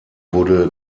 wurde